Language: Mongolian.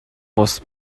бус